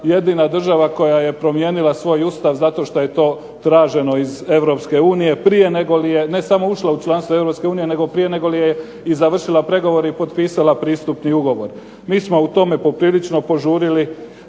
jedina država koja je promijenila svoj Ustav zato što je to traženo iz Europske unije prije nego li je ne samo ušla u članstvo Europske unije, nego prije nego li je i završila pregovore i potpisala pristupni ugovor. Mi smo u tome poprilično požurili.